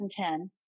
2010